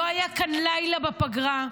לא היה כאן לילה בפגרה,